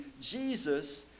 Jesus